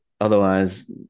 otherwise